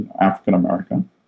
African-American